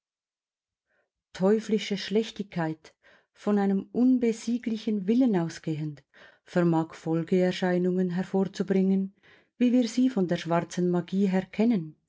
teuflische schlechtigkeit von einem unbesieglichen willen ausgehend vermag folgeerscheinungen hervorzubringen wie wir sie von der schwarzen magie her kennen